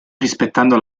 rispettando